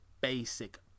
basic